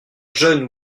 jeunes